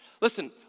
Listen